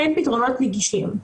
אין פתרונות נגישים.